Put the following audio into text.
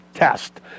Test